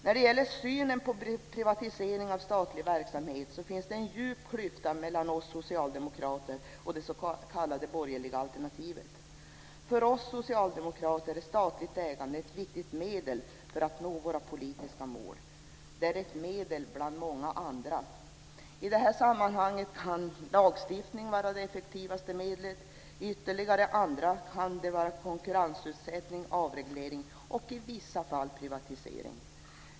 När det gäller synen på privatisering av statlig verksamhet finns det en djup klyfta mellan oss socialdemokrater och det s.k. borgerliga alternativet. För oss socialdemokrater är statligt ägande ett viktigt medel för att nå våra politiska mål. Det är ett medel bland många andra. I detta sammanhang kan lagstiftning vara det effektivaste medlet. I andra sammanhang kan det vara konkurrensutsättning eller avreglering, och i vissa fall kan det vara privatisering.